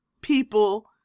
people